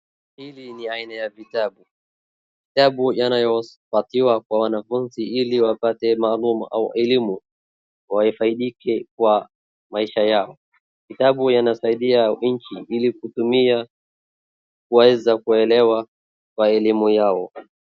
Hili ni aina ya vitabu, vitabu yanayopatiwa kwa wanafunzi ili wapate mambo au elimu wafaidike kwa maisha yao. Kitabu yanasaidia nchi ili kutumia kueza kuelewa kwa elimu yao.